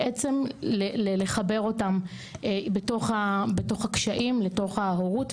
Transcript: בעצם לחבר אותם בתוך הקשיים לתוך ההורות,